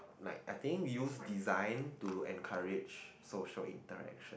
like I think use design to encourage social interaction